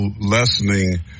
lessening